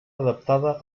adaptada